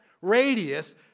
radius